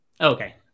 Okay